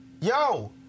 yo